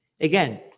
again